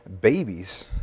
babies